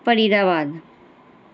فرید آباد